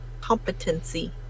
competency